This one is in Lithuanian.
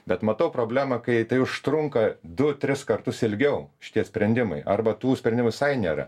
bet matau problemą kai tai užtrunka du tris kartus ilgiau šitie sprendimai arba tų sprendimų visai nėra